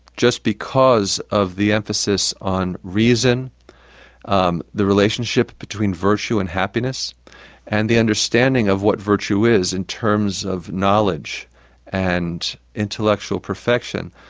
just because of the emphasis on reason um the relationship between virtue and happiness and the understanding of what virtue is, in terms of knowledge and intellectual perfection.